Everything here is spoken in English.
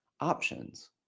options